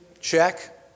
check